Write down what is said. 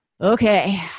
Okay